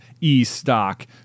E-Stock